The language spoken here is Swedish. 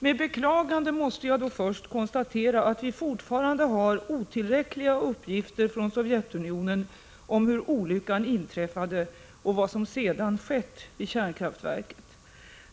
Med beklagande måste jag då först konstatera att vi fortfarande har otillräckliga uppgifter från Sovjetunionen om hur olyckan inträffade och vad som sedan skett vid kärnkraftverket.